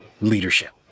leadership